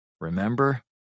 remember